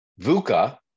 VUCA